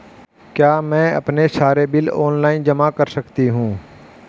क्या मैं अपने सारे बिल ऑनलाइन जमा कर सकती हूँ?